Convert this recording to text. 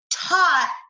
Taught